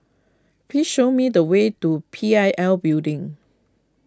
please show me the way to P I L Building